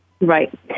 Right